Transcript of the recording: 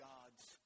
God's